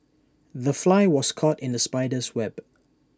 the fly was caught in the spider's web